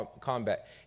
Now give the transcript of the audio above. combat